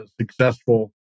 successful